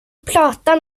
prata